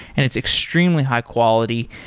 and it's extremely high quality.